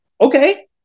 Okay